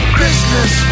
Christmas